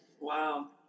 wow